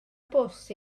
bws